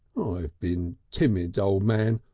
i've been timid, o' man.